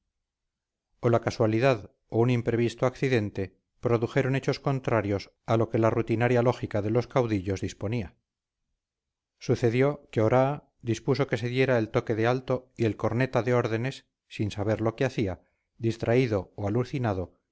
o la casualidad o un imprevisto accidente produjeron hechos contrarios a lo que la rutinaria lógica de los caudillos disponía sucedió que oraa dispuso que se diera el toque de alto y el corneta de órdenes sin saber lo que hacía distraído o alucinado